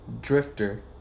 drifter